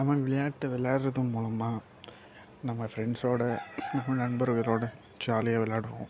நம்ம விளையாட்டு விளையாடுறதன் மூலமாக நம்ம ஃப்ரெண்ட்ஸோடு நண்பர்களோடு ஜாலியாக விளாட்றோம்